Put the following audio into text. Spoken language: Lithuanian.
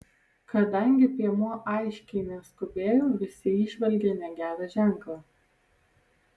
kadangi piemuo aiškiai neskubėjo visi įžvelgė negerą ženklą